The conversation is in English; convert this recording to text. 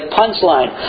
punchline